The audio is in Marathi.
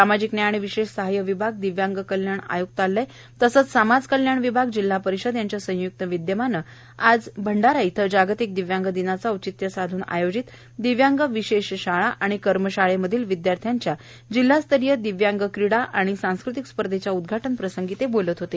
सामाजिक न्याय आणि विशेष सहाय्य विभाग दिव्यांग कल्याण आय्क्तालय तसंच समाज कल्याण विभाग जिल्हा परिषद यांच्या संयुक्त विदयमाने आज जागतिक दिव्यांग दिनाचे औचित्य साधन आयोजित दिव्यांग विशेष शाळा आणि कर्मशाळामधील विदयार्थ्यांच्या जिल्हास्तरीय दिव्यांग क्रीडा तसंच सांस्कृतिक स्पर्धेच्या उदघाटन प्रसंगी ते बोलत होते